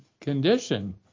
condition